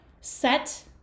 set